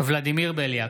ולדימיר בליאק,